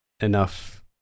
enough